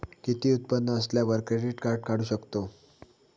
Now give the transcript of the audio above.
किती उत्पन्न असल्यावर क्रेडीट काढू शकतव?